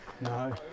no